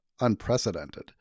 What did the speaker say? unprecedented